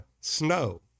snow